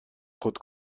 خود